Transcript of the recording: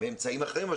באמצעים אחרים,